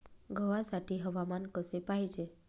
गव्हासाठी हवामान कसे पाहिजे?